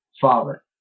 father